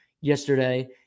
yesterday